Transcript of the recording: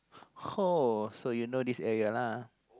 uh so you know this area lah